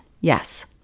Yes